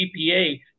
GPA